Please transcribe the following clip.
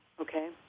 Okay